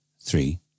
three